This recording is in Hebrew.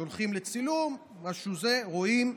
שולחים לצילום, ואת מה שזה רואים.